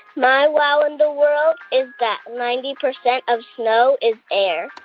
my wow in the world is that ninety percent of snow is air